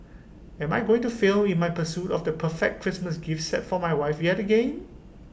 am I going to fail in my pursuit of the perfect Christmas gift set for my wife yet again